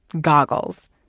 goggles